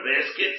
baskets